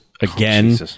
again